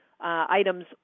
items